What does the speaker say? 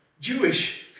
Jewish